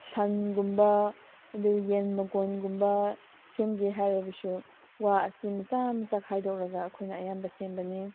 ꯁꯟꯒꯨꯝꯕ ꯑꯗꯨꯒ ꯌꯦꯟ ꯃꯀꯣꯟꯒꯨꯝꯕ ꯁꯦꯝꯒꯦ ꯍꯥꯏꯔꯕꯁꯨ ꯋꯥ ꯑꯁꯤ ꯃꯆꯥ ꯃꯆꯥ ꯈꯥꯏꯗꯣꯛꯂꯒ ꯑꯩꯈꯣꯏꯅ ꯑꯌꯥꯝꯕ ꯁꯦꯝꯕꯅꯤ